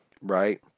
Right